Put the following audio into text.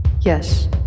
Yes